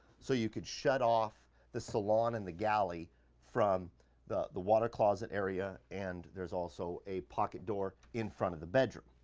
so, you could shut off the salon and the galley from the the water closet area, and there's also a pocket door in front of the bedroom.